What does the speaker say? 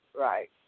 right